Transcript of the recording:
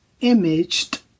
imaged